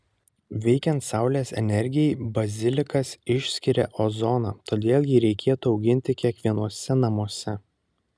veikiant saulės energijai bazilikas išskiria ozoną todėl jį reikėtų auginti kiekvienuose namuose